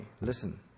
listen